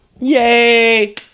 Yay